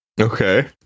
Okay